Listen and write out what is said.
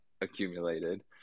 accumulated